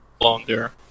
Longer